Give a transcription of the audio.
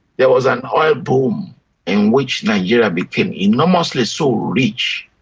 there was an oil boom in which nigeria became enormously so rich,